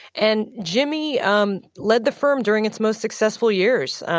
and jimmy um led the firm during its most successful years.